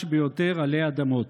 המקודש ביותר עלי אדמות.